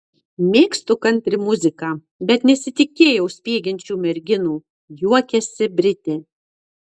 mėgstu kantri muziką bet nesitikėjau spiegiančių merginų juokiasi britė